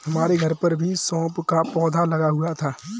हमारे घर पर भी सौंफ का पौधा लगा हुआ है